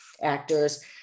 actors